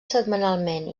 setmanalment